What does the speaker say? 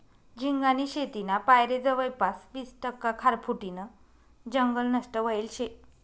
झिंगानी शेतीना पायरे जवयपास वीस टक्का खारफुटीनं जंगल नष्ट व्हयेल शे